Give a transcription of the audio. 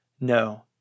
No